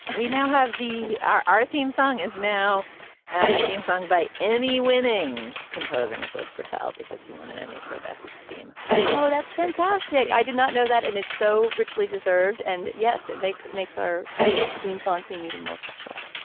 we now have the hour. our theme song is now a theme song by emmy winning composer nicholas patel because he won an emmy for best theme for oh that's fantastic i did not know that and it's so richly deserved and yes it makes it makes our theme song seem even more special